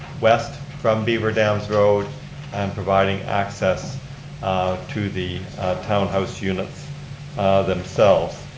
west from beaverdams road and providing access to the townhouse units themselves.